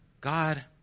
God